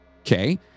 Okay